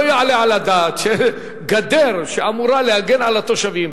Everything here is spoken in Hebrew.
לא יעלה על הדעת שגדר שאמורה להגן על התושבים,